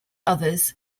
others